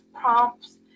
prompts